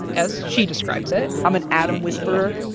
as she describes it. i'm an atom whisperer.